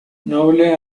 noble